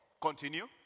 Continue